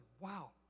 wow